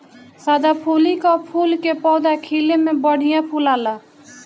सदाफुली कअ फूल के पौधा खिले में बढ़िया फुलाला